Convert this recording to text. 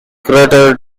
crater